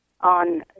on